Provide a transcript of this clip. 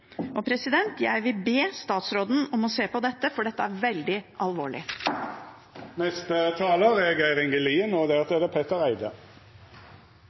Jeg vil be statsråden om å se på dette, for dette er veldig alvorlig.